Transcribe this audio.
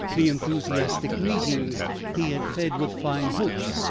the enthusiastic meetings he had fed with fine hopes,